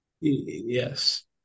Yes